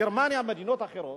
גרמניה ומדינות אחרות